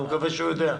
אני מקווה שהוא יודע.